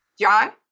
John